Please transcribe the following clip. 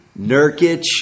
Nurkic